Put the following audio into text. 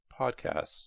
podcasts